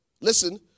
Listen